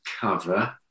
cover